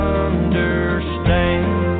understand